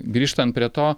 grįžtant prie to